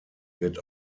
wird